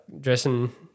dressing